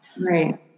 Right